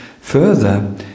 further